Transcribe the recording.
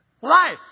Life